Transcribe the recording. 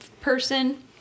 person